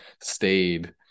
stayed